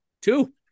two